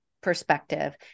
perspective